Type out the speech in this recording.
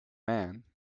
man